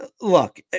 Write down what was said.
look